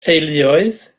theuluoedd